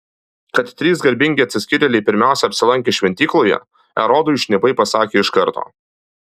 kad trys garbingi atsiskyrėliai pirmiausiai apsilankė šventykloje erodui šnipai pasakė iš karto